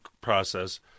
process